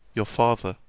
your father,